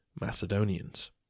Macedonians